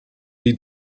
die